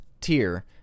tier